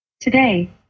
today